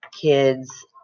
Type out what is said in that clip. kids